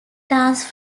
dance